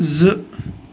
زٕ